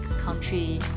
country